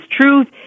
truth